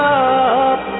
up